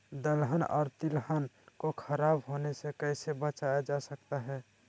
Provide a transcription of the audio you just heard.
दलहन और तिलहन को खराब होने से कैसे बचाया जा सकता है?